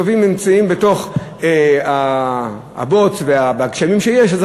טובעים, נמצאים בתוך הבוץ והגשמים שיש אז.